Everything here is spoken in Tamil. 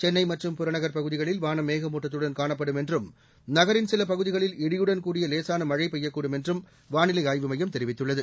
சென்னை மற்றும் புறநகர் பகுதிகளில் வானம் மேகமூட்டத்துடன் காணப்படும் என்றும் நகரின் சில பகுதிகளில் இடியுடன் கூடிய லேசான மழை பெய்யக்கூடும் என்றும் வானிலை ஆய்வு மையம் தெரிவித்துள்ளது